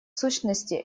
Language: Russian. сущности